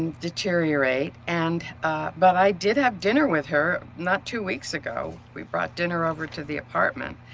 deteriorate, and but i did have dinner with her not two weeks ago. we brought dinner over to the apartment,